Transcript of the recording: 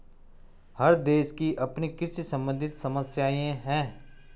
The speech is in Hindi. हर देश की अपनी कृषि सम्बंधित समस्याएं हैं